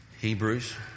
Hebrews